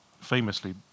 famously